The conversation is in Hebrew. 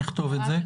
נכתוב את זה.